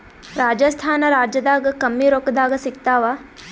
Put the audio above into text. ರಾಜಸ್ಥಾನ ರಾಜ್ಯದಾಗ ಕಮ್ಮಿ ರೊಕ್ಕದಾಗ ಸಿಗತ್ತಾವಾ?